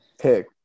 pick